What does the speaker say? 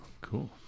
Cool